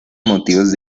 motivos